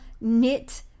knit